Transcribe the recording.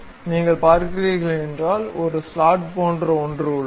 நீங்கள் பார்க்கிறீர்கள் என்றால் ஒரு ஸ்லாட் போன்ற ஒன்று உள்ளது